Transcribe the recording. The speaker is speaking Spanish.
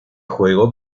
juego